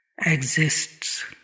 exists